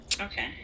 Okay